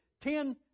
ten